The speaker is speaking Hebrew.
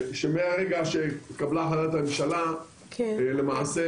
מהרגע שהתקבלה החלטת הממשלה, אנחנו